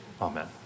amen